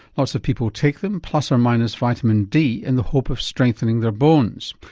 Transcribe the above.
lots of people take them plus or minus vitamin d in the hope of strengthening their bones.